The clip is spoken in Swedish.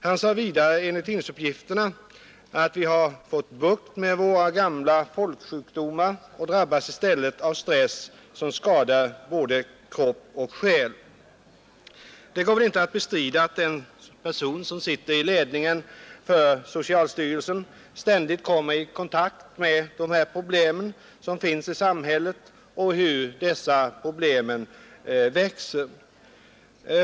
Han sade vidare enligt tidningsuppgifterna, att vi har fått bukt med våra gamla folksjukdomar men drabbas i stället av stress som skadar både kropp och själ. Det går väl inte att bestrida att den person som sitter i ledningen för socialstyrelsen ständigt kommer i kontakt med de problem som finns i sam hället och ser hur de problemen växer.